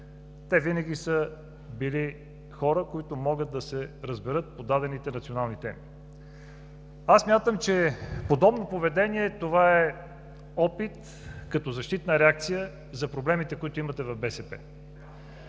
те винаги са били хора, които могат да се разберат по дадените национални теми. Аз смятам, че подобно поведение е опит като защитна реакция за проблемите, които имате в БСП